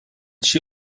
she